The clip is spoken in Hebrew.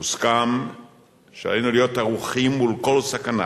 מוסכם שעלינו להיות ערוכים מול כל סכנה,